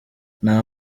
nta